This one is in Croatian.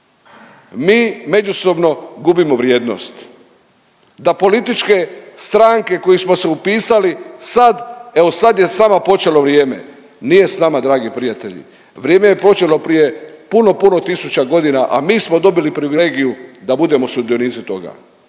mi međusobno gubimo vrijednost, da političke stranke koje smo se upisali sad, evo sad je sa nama počelo vrijeme. Nije sa nama dragi prijatelji. Vrijeme je počelo prije puno, puno tisuća godina a mi smo dobili privilegiju da budemo sudionici toga.